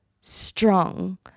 strong